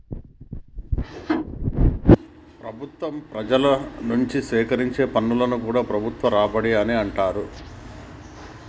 ప్రభుత్వం ప్రజల నుంచి సేకరించే పన్నులను కూడా ప్రభుత్వ రాబడి అనే అంటరు